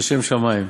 לשם שמים.